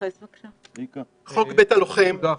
נקודה אחרונה.